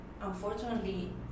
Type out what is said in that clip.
unfortunately